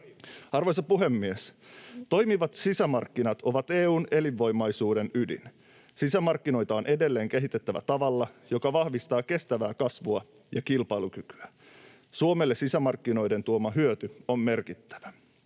Arvoisa puhemies! Toimivat sisämarkkinat ovat EU:n elinvoimaisuuden ydin. Sisämarkkinoita on edelleen kehitettävä tavalla, joka vahvistaa kestävää kasvua ja kilpailukykyä. Suomelle sisämarkkinoiden tuoma hyöty on merkittävä.